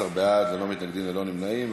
14 בעד, ללא מתנגדים וללא נמנעים.